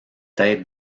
têtes